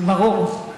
ברור.